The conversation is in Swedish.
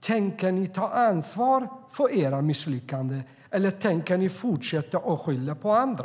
Tänker ni ta ansvar för era misslyckanden, eller tänker ni fortsätta skylla på andra?